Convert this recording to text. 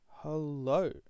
Hello